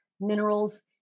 minerals